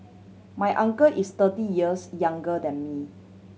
my uncle is thirty years younger than me